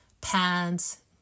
pants